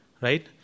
Right